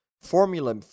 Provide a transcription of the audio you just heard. formula